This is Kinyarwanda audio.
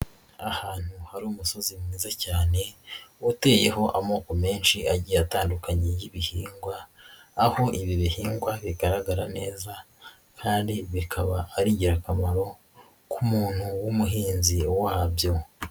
Ahantu hari umusozi mwiza cyane uteyeho amoko menshi agiye atandukanye y'ibihingwa, aho ibi bihingwa bigaragara neza kandi bikaba ari ingirakamaro k'umuntu w'umuhinzi wabyo.